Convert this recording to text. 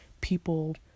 people